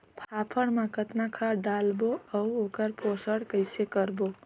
फाफण मा कतना खाद लगाबो अउ ओकर पोषण कइसे करबो?